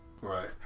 Right